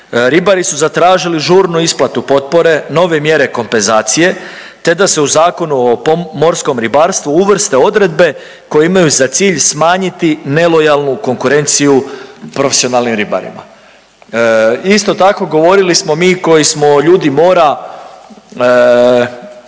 Ribari su zatražili žurnu isplatu potpore, nove mjere kompenzacije te da se u Zakonu o morskom ribarstvu uvrste odredbe koje imaju za cilj smanjiti nelojalnu konkurenciju profesionalnim ribarima. Isto tako govorili smo mi koji smo ljudi mora,